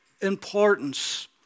importance